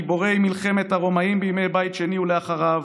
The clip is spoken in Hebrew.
גיבורי מלחמת הרומאים בימי בית שני ולאחריו.